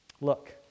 Look